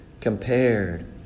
compared